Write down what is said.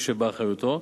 שבאחריותו,